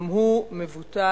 גם הוא מבוטל.